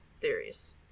theories